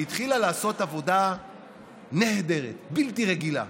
היא התחילה לעשות עבודה נהדרת, בלתי רגילה,